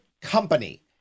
company